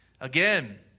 again